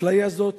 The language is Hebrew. האפליה הזאת